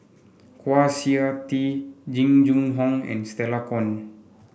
Kwa Siew Tee Jing Jun Hong and Stella Kon